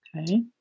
okay